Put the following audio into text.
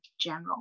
general